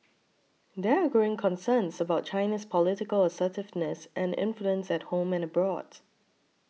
there are growing concerns about China's political assertiveness and influence at home and abroad